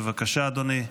בבקשה, אדוני.